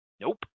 Nope